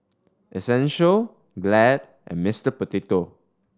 Essential Glad and Mister Potato